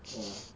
ya